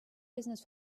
business